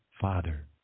Father